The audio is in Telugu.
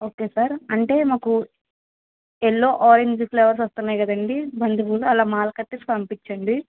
ఒకే సార్ అంటే మాకు ఎల్లో ఆరెంజ్ ఫ్లవర్స్ వస్తన్నాయ్ కదండీ బంతి పూలు అలా మాల కట్టేసి పంపిచ్చండి